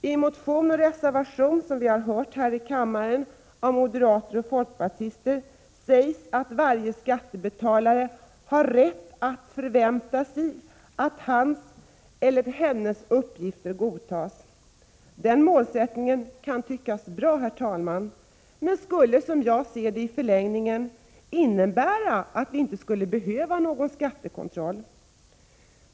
I motion och reservation framhålls — det har vi också hört sägas här i kammaren av moderater och folkpartister — att varje skattebetalare har rätt att förvänta sig att hans eller hennes uppgifter godtas. Den målsättningen kan tyckas bra, herr talman, men skulle som jag ser det i förlängningen innebära att vi inte skulle behöva någon skattekontroll.